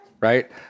right